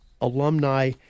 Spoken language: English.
alumni